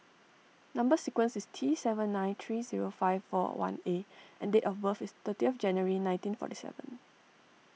Number Sequence is T seven nine three zero five four one A and date of birth is thirty of January nineteen forty seven